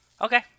Okay